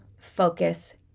focus